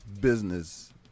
business